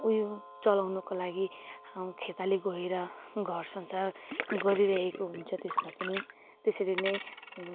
उयो चलाउनुको लागि खेताला गएर घर संसार गरिरहेको हुन्छ त्यसमा पनि त्यसरी नै